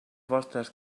vostres